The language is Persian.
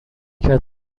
کرد